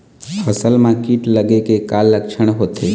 फसल म कीट लगे के का लक्षण होथे?